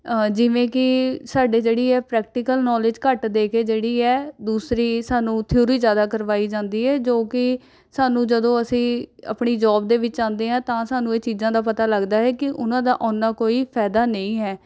ਆ ਜਿਵੇਂ ਕਿ ਸਾਡੇ ਜਿਹੜੀ ਹੈ ਪ੍ਰੈਕਟੀਕਲ ਨੋਲੇਜ ਘੱਟ ਦੇ ਕੇ ਜਿਹੜੀ ਹੈ ਦੂਸਰੀ ਸਾਨੂੰ ਥਿਊਰੀ ਜ਼ਿਆਦਾ ਕਰਵਾਈ ਜਾਂਦੀ ਹੈ ਜੋ ਕਿ ਸਾਨੂੰ ਜਦੋਂ ਅਸੀਂ ਆਪਣੀ ਜੌਬ ਦੇ ਵਿੱਚ ਆਉਂਦੇ ਹਾਂ ਤਾਂ ਸਾਨੂੰ ਇਹ ਚੀਜ਼ਾਂ ਦਾ ਪਤਾ ਲੱਗਦਾ ਹੈ ਕਿ ਉਨ੍ਹਾਂ ਦਾ ਓਨਾ ਕੋਈ ਫਾਇਦਾ ਨਹੀਂ ਹੈ